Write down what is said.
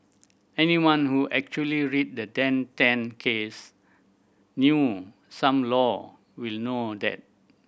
anyone who actually read the Dan Tan case knew some law will know that